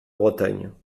bretagne